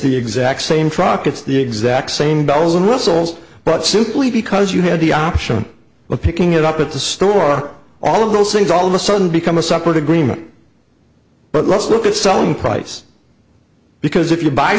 the exact same truck it's the exact same bells and whistles but simply because you had the option of picking it up at the store all of those things all of a sudden become a separate agreement but let's look at selling price because if you buy